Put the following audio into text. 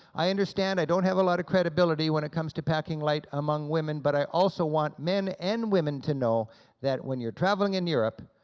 i understand i don't have a lot of credibility when it comes to packing light among women, but i also want men and women to know that when you're traveling in europe,